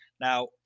Now